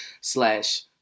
slash